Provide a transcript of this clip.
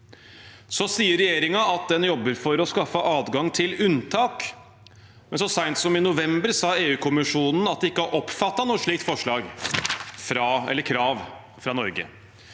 Så sier regjeringen at den jobber for å skaffe adgang til unntak, men så sent som i november sa EU-kommisjonen at de ikke har oppfattet noe slikt forslag eller krav fra Norge.